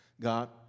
God